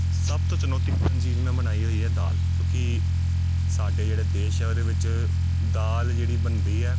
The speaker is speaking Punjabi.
ਸਭ ਤੋਂ ਚੁਨੌਤੀਪੂਰਨ ਚੀਜ਼ ਮੈਂ ਬਣਾਈ ਹੋਈ ਹੈ ਦਾਲ ਕਿਉਂਕਿ ਸਾਡੇ ਜਿਹੜੇ ਦੇਸ਼ ਆ ਉਹਦੇ ਵਿੱਚ ਦਾਲ ਜਿਹੜੀ ਬਣਦੀ ਹੈ